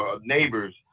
neighbors